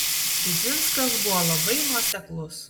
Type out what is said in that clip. didzinskas buvo labai nuoseklus